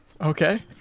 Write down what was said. Okay